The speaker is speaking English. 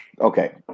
okay